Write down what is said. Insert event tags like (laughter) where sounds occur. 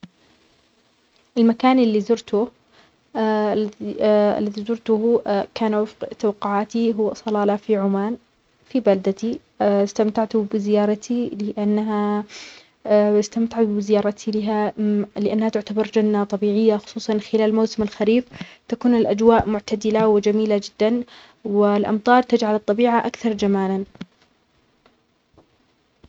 المكان اللى زرته (hesitation) اللى زورته كان وفق توقعاتى هو أصلالة في عمان في بلدتى (hesitation) أستمتعت بزيارتى لأنها (hesitation) أستمتع بزيارتى لها (hesitation) لأنها تعتبر جنة طبيعية خصوصاً خلال موسم الخريف تكون الأجواء معتدلة وجميلة جدا والأمطار تجعل الطبيعة أكثر جمالاً.